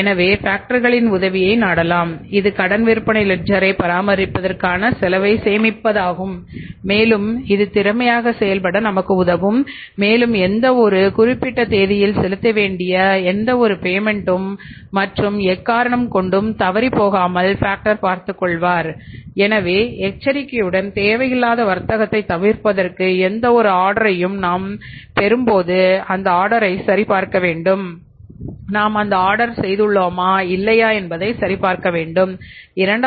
எனவே ஃபேக்டர்களின் திட்டமிடுவது முக்கியம்